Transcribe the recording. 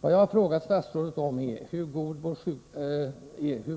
Vad jag har frågat statsrådet om är hur